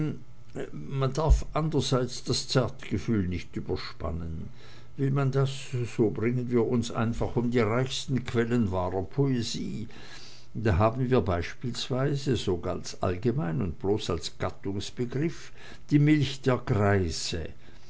man darf aber andrerseits das zartgefühl nicht überspannen will man das so bringen wir uns einfach um die reichsten quellen wahrer poesie da haben wir beispielsweise so ganz allgemein und bloß als gattungsbegriff die milch der greise